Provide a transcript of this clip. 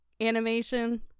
animation